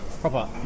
proper